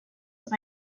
that